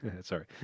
Sorry